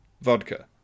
vodka